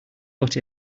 but